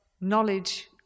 knowledge